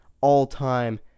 all-time